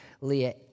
Leah